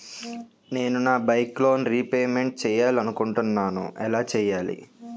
నేను నా bike loan repayment చేయాలనుకుంటున్నా ఎలా చేయాలి?